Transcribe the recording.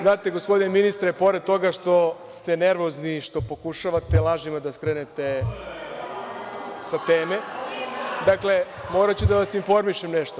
Znate, gospodine ministre, pored toga što ste nervozni i što pokušavate lažima da skrenete sa teme, dakle, moraću da vas informišem nešto.